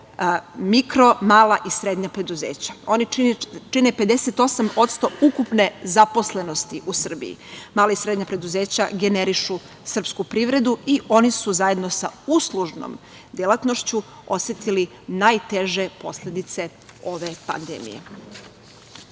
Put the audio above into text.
mikro, mala i srednja preduzeća. Oni čine 58% ukupne zaposlenosti u Srbiji. Mala i srednja preduzeća generišu srpsku privredu i oni su zajedno sa uslužnom delatnošću osetili najteže posledice ove